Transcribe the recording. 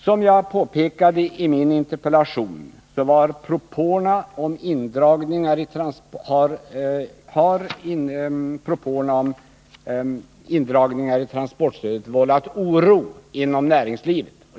Som jag påpekade i min interpellation har propåerna om indragningar i transportstödet vållat oro inom näringslivet.